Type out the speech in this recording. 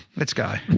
let's go,